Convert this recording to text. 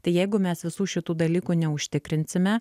tai jeigu mes visų šitų dalykų neužtikrinsime